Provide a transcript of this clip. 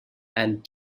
and